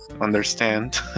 understand